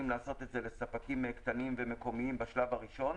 לעשות את זה לספקים קטנים ומקומיים בשלב הראשון.